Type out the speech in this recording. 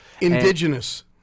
Indigenous